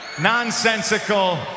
nonsensical